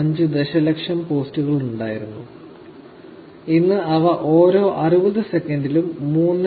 5 ദശലക്ഷം പോസ്റ്റുകൾ ഉണ്ടായിരുന്നു ഇന്ന് അവ ഓരോ 60 സെക്കൻഡിലും 3